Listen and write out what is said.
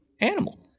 animal